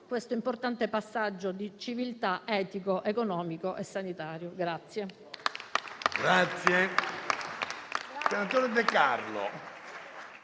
questo importante passaggio di civiltà, etico, economico e sanitario.